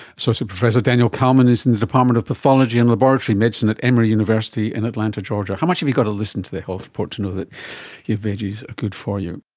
associate professor daniel kalman is in the department of pathology and laboratory medicine at emory university in atlanta, georgia. how much have you got to listen to the health report to know that your veggies are good for you?